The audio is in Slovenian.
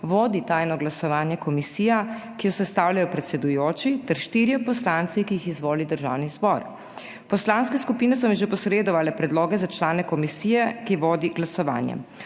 vodi tajno glasovanje komisija, ki jo sestavljajo predsedujoči ter štirje poslanci, ki jih izvoli Državni zbor. Poslanske skupine so mi že posredovale predloge za člane komisije, ki vodi glasovanje.